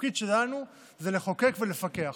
התפקיד שלנו זה לחוקק ולפקח,